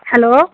hello